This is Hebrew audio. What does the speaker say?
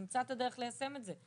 נמצא את הדרך ליישם את זה,